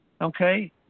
Okay